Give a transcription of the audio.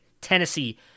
Tennessee